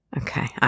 Okay